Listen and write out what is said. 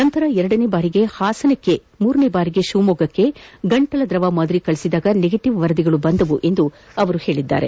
ನಂತರ ಎರಡನೇ ಬಾರಿಗೆ ಹಾಸನಕ್ಕೆ ಮೂರನೇ ಬಾರಿಗೆ ಶಿವಮೊಗ್ಗಕ್ಕೆ ಗಂಟಲ ದ್ರವ ಮಾದರಿ ಕಳುಹಿಸಿದಾಗ ನೆಗೆಟಿವ್ ವರದಿ ಬಂದವು ಎಂದು ಅವರು ಹೇಳಿದರು